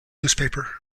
newspaper